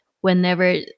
whenever